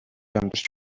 амьдарч